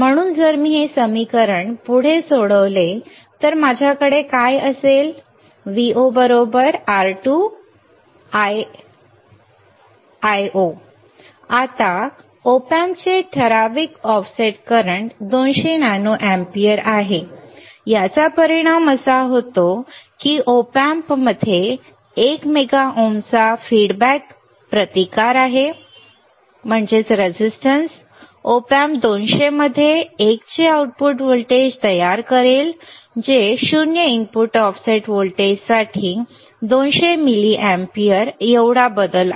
म्हणून जर मी हे समीकरण पुढे सोडवले तर माझ्याकडे काय असेल आता Op Amp चे ठराविक ऑफसेट करंट 200 नॅनो अँपिअर आहे याचा परिणाम असा होतो की Op Amp मध्ये एका मेगा ओमचा फीडबॅक प्रतिकार आहे Op Amp 200 मध्ये 1 चे आउटपुट व्होल्टेज तयार करेल जे 0 इनपुट ऑफसेट व्होल्टेजसाठी 200 मिलीअँपिअर आहे एवढा बदल आहे